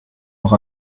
noch